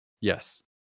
yes